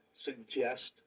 suggest